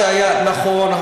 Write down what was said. נכון,